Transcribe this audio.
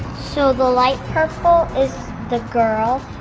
so, the light purple is the girl,